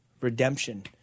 redemption